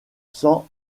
sans